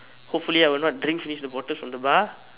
hopefully I will not drink finish the bottle from the bar